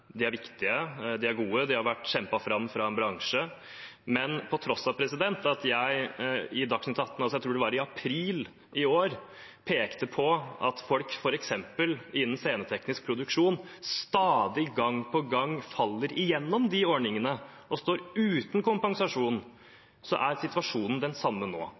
De er viktige, de er gode, og de har blitt kjempet fram av en bransje. Men til tross for at jeg i Dagsnytt 18 i april i år, tror jeg det var, pekte på at folk f.eks. innen sceneteknisk produksjon stadig – gang på gang – faller mellom disse ordningene og står uten kompensasjon, er situasjonen den samme nå,